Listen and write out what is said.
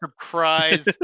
surprise